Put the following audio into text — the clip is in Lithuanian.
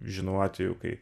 žinau atvejų kai